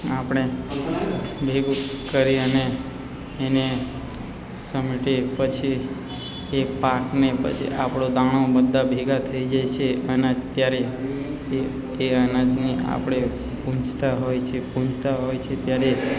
આપણે ભેગું કરી અને એને સમેટી પછી એક પાકને પછી આપણો દાણો બધા ભેગા થઈ જાય છે અને ત્યારે કે તે અનાજને આપણે પૂજતા હોય છે પૂજતા હોય છે ત્યારે